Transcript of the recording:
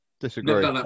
disagree